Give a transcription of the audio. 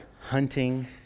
hunting